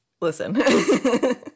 Listen